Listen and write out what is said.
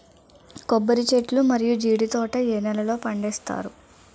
కొబ్బరి చెట్లు మరియు జీడీ తోట ఏ నేలల్లో పండిస్తారు?